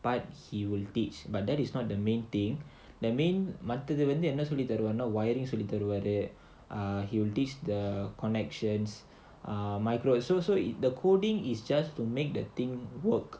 but he will teach but that is not the main thing the மத்தது வந்து என்ன சொல்லி தருவருணா:mathathu vandhu enna solli tharuvarunaa ah he'll teach the connections uh micro is so in the coding is just to make the thing work